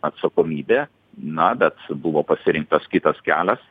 atsakomybė na bet buvo pasirinktas kitas kelias